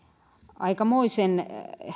aikamoisen